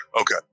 Okay